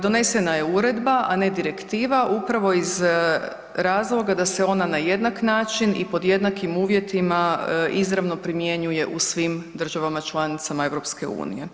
Donesena je uredba, a ne direktiva upravo iz razloga da se ona na jednak način i pod jednakim uvjetima izravno primjenjuje u svim državama članicama EU.